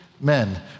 men